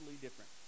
different